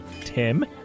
Tim